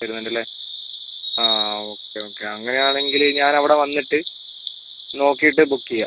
വരുന്നുണ്ട് അല്ലെ ആ ഓക്കെ ഓക്കെ അങ്ങനെ ആണെങ്കിൽ ഞാൻ അവിടെ വന്നിട്ട് നോക്കീട്ട് ബുക്ക് ചെയ്യാം